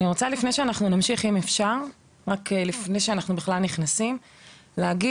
לפני שאנחנו בכלל נכנסים לעניין,